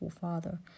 Father